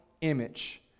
image